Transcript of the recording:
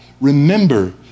Remember